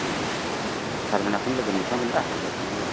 ओमफ्राय सारमोनखौनो लोगो मोनखागोन दा होजों थाङोब्ला